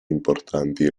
importanti